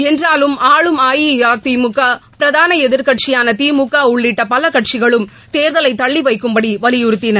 என்றாலும் ஆளும் அஇஅதிமுக பிரதான எதிர்க்கட்சியான திமுக உள்ளிட்ட பல கட்சிகளும் தேர்தலை தள்ளி வைக்கும்படி வலியுறுத்தின